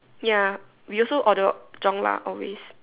ya we also order 中辣 always